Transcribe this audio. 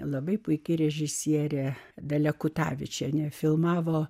labai puiki režisierė dalia kutavičienė filmavo